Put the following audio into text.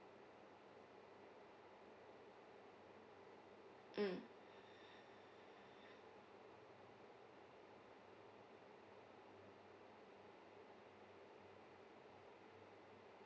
mm